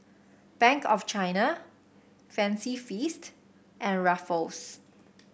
Bank of China Fancy Feast and Ruffles